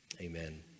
Amen